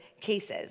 cases